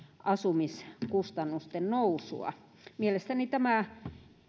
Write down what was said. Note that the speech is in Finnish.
asumiskustannusten nousua mielestäni tämä